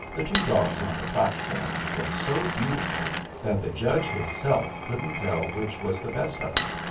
the two dogs on the platform was so beautiful that the judge hisself couldn't tell which was the best of em,